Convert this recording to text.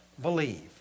believe